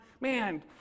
man